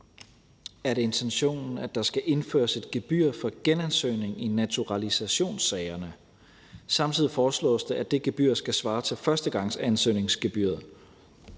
er det intentionen, at der skal indføres et gebyr for genansøgning i naturalisationssagerne. Det foreslås samtidig, at det gebyr skal svare til førstegangsansøgningsgebyret.